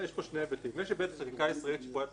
היבטים: יש היבט חקיקה ישראלית שפועלת בשטחים.